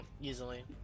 easily